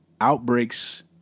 outbreaks